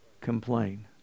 complain